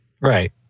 Right